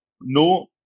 no